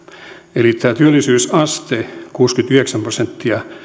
eli tämä työllisyysaste kuusikymmentäyhdeksän prosenttia